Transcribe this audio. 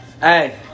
Hey